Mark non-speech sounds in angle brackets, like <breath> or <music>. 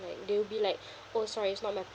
like they'll be like <breath> oh sorry is not my